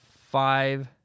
five